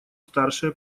старшее